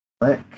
Click